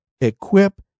equip